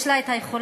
יש לה את היכולות,